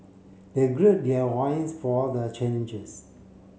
they gird their loins for the callenges